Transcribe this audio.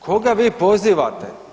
Koga vi pozivate?